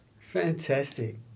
Fantastic